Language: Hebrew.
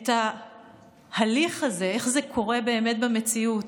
את ההליך הזה, איך זה קורה באמת, במציאות,